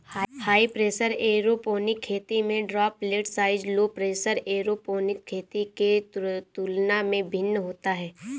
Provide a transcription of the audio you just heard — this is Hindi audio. हाई प्रेशर एयरोपोनिक खेती में droplet size low pressure aeroponic खेती के तुलना में भिन्न होता है